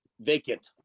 Vacant